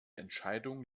entscheidung